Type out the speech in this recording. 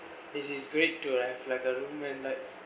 this is great too like like a room and like